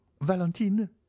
valentine